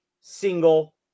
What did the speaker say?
single